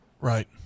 Right